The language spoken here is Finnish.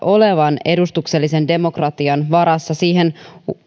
olevan edustuksellisen demokratian varassa siihen